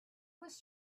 was